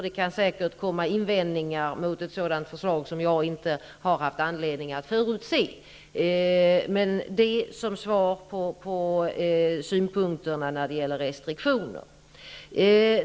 Det kan säkert komma invändningar mot ett sådant förslag som jag inte har haft anledning att förutse. Detta är svar på synpunkterna när det gäller restriktioner.